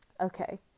Okay